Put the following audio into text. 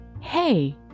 hey